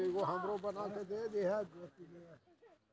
कीट कोन कारण से लागे छै?